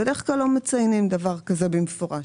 כשהנמנעים אינם באים במנין המשתתפים בהצבעה,